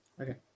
Okay